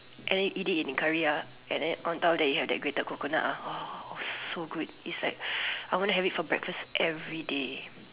and then eat it in the curry ah and then on top you have that grated coconut ah !wow! so good it's like I want to have it for breakfast everyday